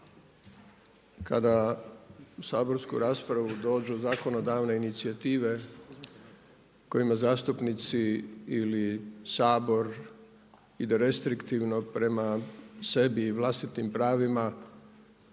kada u saborsku raspravu dođu zakonodavne inicijative kojima zastupnici ili Sabor ide restriktivno prema sebi i vlastitim pravima